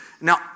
Now